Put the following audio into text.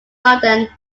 london